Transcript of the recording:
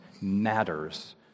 matters